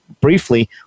briefly